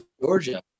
georgia